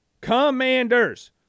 Commanders